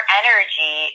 energy